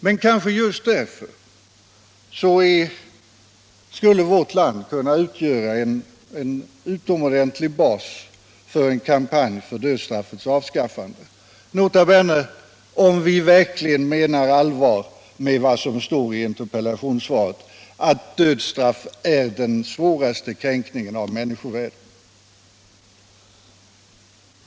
Men kanske just därför skulle vårt land kunna utgöra en utomordentligt god bas för en kampanj för dödsstraffets avskaffande, nota bene om vi verkligen menar allvar med vad som står i interpellationssvaret, att dödsstraff är ”den svåraste kränkningen av människovärdet”.